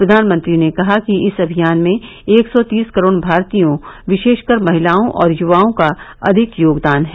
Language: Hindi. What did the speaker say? प्रधानमंत्री ने कहा कि इस अभियान में एक सौ तीस करोड़ भारतीयों विशेषकर महिलाओं और युवाओं का अधिक योगदान है